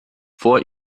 vor